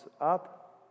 up